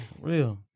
Real